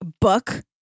Book